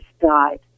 died